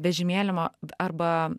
vežimėlimo arba